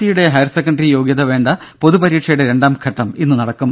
സിയുടെ higher secondary യോഗ്യത വേണ്ട പൊതുപരീക്ഷയുടെ രണ്ടാം ഘട്ടം ഇന്ന് നടക്കും